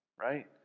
right